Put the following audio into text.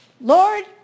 Lord